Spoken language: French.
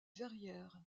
verrière